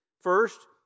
First